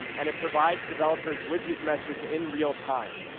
and it provides developers with these meshes in realtime,